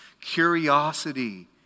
Curiosity